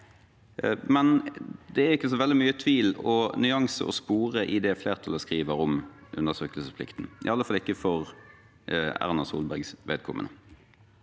men det er ikke så veldig mye tvil og nyanser å spore i det flertallet skriver om undersøkelsesplikten, i alle fall ikke for Erna Solbergs vedkommende.